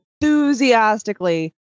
enthusiastically